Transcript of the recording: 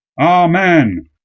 Amen